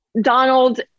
Donald